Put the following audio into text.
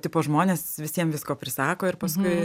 tipo žmonės visiem visko prisako ir paskui